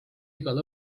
igal